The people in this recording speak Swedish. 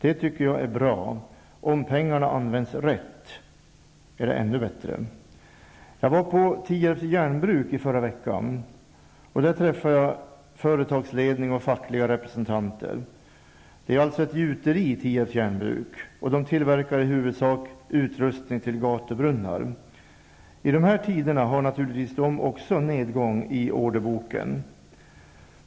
Det är bra, och om pengarna används rätt är det ännu bättre. I förra veckan besökte jag Tierps järnbruk, och där träffade jag företagsledning och fackliga representanter. Tierps järnbruk är ett gjuteri, och man tillverkar i huvudsak utrustning till gatubrunnar. I dessa tider har naturligtvis även detta företag nedgång i orderboken.